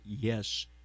yes